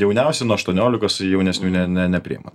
jauniausi nuo aštuoniolikos jaunesnių ne ne nepriima